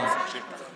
להמשיך בנייה?